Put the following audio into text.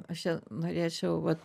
aš čia norėčiau vat